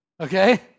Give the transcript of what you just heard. Okay